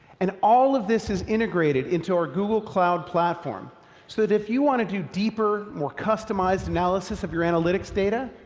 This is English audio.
and all of this is integrated into our google cloud platform, so that if you want to do deeper, more customized analysis of your analytics data,